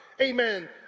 amen